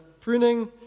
pruning